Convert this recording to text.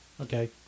Okay